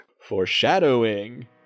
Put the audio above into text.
Foreshadowing